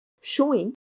showing